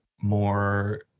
more